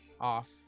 off